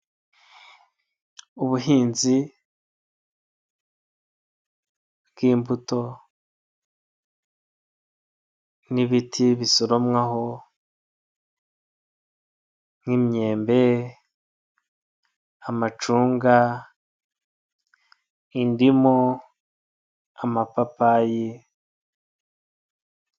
Ubuhinzi bw'immbuto n'ibiti bisoromwaho nk'imyembe, amacunga, indimu, amapapayi.